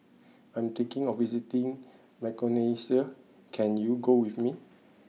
I'm thinking of visiting Micronesia can you go with me